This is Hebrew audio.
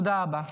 תודה רבה.